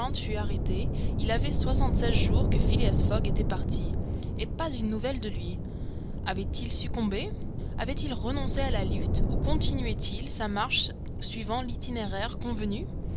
fut arrêté il y avait soixante-seize jours que phileas fogg était parti et pas une nouvelle de lui avait-il succombé avait-il renoncé à la lutte ou continuait il sa marche suivant l'itinéraire convenu